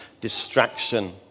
distraction